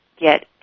get